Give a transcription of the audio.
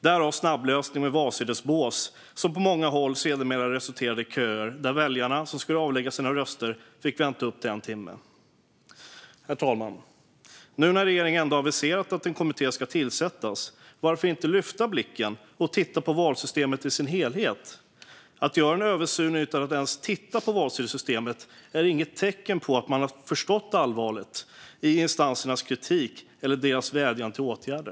Därav snabblösningen med valsedelsbås, som på många håll sedermera resulterade i köer där väljarna som skulle avlägga sina röster fick vänta i upp till en timme. Herr talman! Nu när regeringen ändå aviserat att en kommitté ska tillsättas, varför inte lyfta blicken och titta på valsystemet i dess helhet? Att man gör en översyn utan att ens titta på valsedelssystemet är inte ett tecken på att man förstått allvaret i instansernas kritik eller deras vädjan om åtgärder.